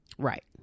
Right